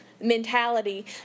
mentality